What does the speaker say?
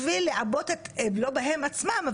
לא בהם עצמם,